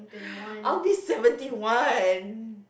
I'll be seventy one